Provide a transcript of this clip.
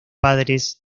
padres